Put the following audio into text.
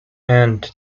and